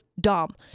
dumb